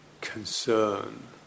concern